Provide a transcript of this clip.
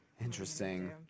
interesting